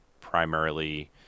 primarily